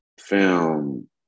film